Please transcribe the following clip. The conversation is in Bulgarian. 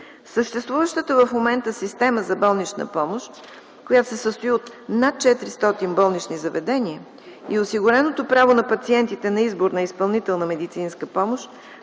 Съществуващата в момента система за болнична помощ, състояща се от над 400 болнични заведения, и осигуреното право на пациентите на избор на изпълнител на медицинска помощ